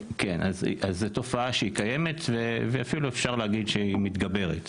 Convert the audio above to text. זו תופעה שהיא קיימת ואפילו אפשר להגיד שהיא מתגברת.